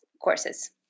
courses